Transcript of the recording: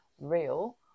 real